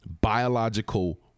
biological